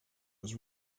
was